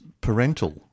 parental